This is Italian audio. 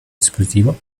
dispositivo